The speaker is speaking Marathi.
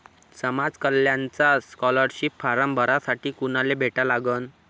समाज कल्याणचा स्कॉलरशिप फारम भरासाठी कुनाले भेटा लागन?